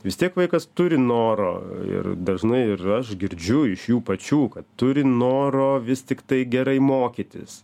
vis tiek vaikas turi noro ir dažnai ir aš girdžiu iš jų pačių kad turi noro vis tiktai gerai mokytis